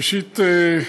ראשית,